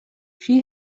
she